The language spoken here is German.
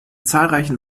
zahlreichen